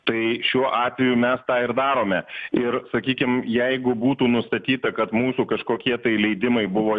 tai šiuo atveju mes tą ir darome ir sakykim jeigu būtų nustatyta kad mūsų kažkokie tai leidimai buvo